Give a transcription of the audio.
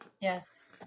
yes